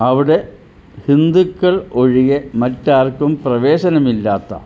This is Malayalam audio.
അവിടെ ഹിന്ദുക്കൾ ഒഴികെ മറ്റാർക്കും പ്രവേശനമില്ലാത്ത